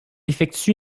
effectue